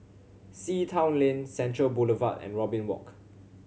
Sea Town Lane Central Boulevard and Robin Walk